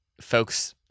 folks